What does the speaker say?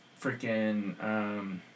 freaking